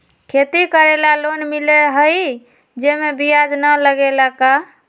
खेती करे ला लोन मिलहई जे में ब्याज न लगेला का?